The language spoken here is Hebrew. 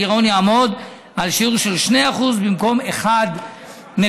הגירעון יעמוד על שיעור של 2% במקום 1.75%,